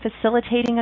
facilitating